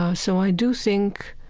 ah so i do think